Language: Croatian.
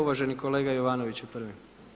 Uvaženi kolega Jovanović je prvi.